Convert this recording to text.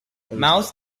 mouse